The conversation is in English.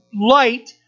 light